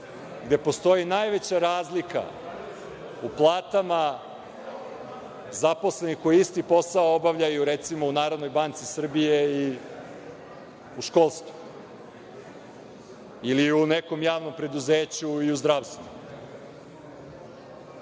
gde postoji najveća razlika u platama zaposlenih koji isti posao obavljaju u Narodnoj banci Srbije i u školstvu ili u nekom javnom preduzeću i u zdravstvu.